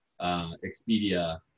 Expedia